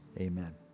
Amen